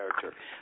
character